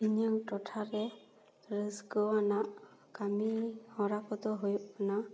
ᱤᱧᱟᱹᱝ ᱴᱚᱴᱷᱟ ᱨᱮ ᱨᱟᱹᱥᱠᱟᱹᱣᱟᱱᱟᱜ ᱠᱟᱹᱢᱤ ᱦᱚᱨᱟ ᱠᱚᱫᱚ ᱦᱩᱭᱩᱜ ᱠᱟᱱᱟ